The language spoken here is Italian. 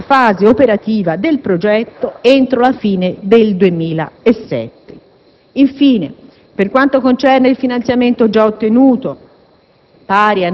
e avviare la fase operativa del progetto entro la fine del 2007. Infine, per quanto concerne il finanziamento già ottenuto,